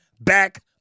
back